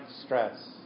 stress